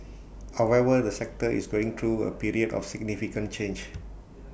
however the sector is going through A period of significant change